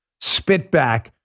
spitback